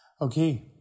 Okay